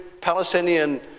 Palestinian